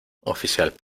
oficial